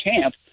camp